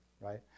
right